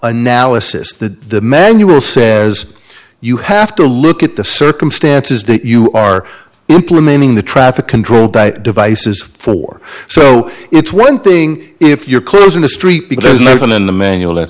analysis the manual says you have to look at the circumstances that you are implementing the traffic control devices for so it's one thing if you're close on the street because there's nothing in the manual